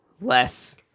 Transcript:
less